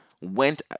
went